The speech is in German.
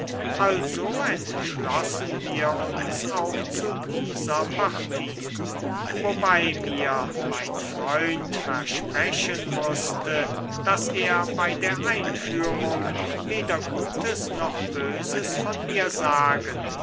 also entschlossen wir uns auch zu dieser partie wobei mir mein freund versprechen mußte daß er bei der einführung weder gutes noch böses von mir sagen